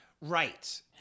Right